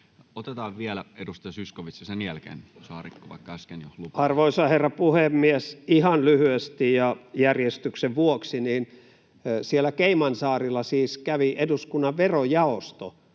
Otetaan vielä edustaja Zyskowicz ja sen jälkeen Saarikko, vaikka äsken jo lupasin. Arvoisa herra puhemies! Ihan lyhyesti ja järjestyksen vuoksi: siellä Caymansaarilla siis kävi eduskunnan verojaosto